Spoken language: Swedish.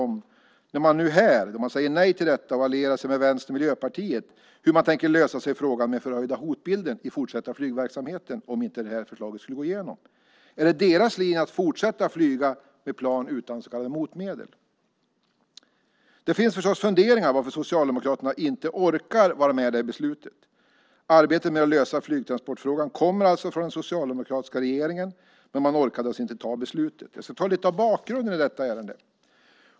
Man säger ju nej till detta och allierar sig med Vänstern och Miljöpartiet. Hur tänker man sig en lösning på frågan om en förhöjd hotbild när det gäller fortsatt flygverksamhet om framlagt förslag inte skulle gå igenom? Är linjen att fortsätta att flyga med plan utan så kallade motmedel? Det finns förstås funderingar kring varför Socialdemokraterna inte orkar vara med på det här beslutet. Arbetet med att lösa flygtransportfrågan kommer alltså från den socialdemokratiska regeringen. Men man orkade, som sagt, inte ta beslut. Jag ska lite grann redogöra för bakgrunden i detta ärende.